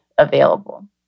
Available